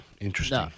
Interesting